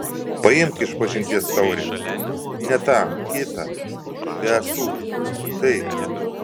paimk išpažinties taurę ne tą kitą be ąsų taip